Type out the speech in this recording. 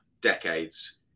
decades